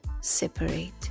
separate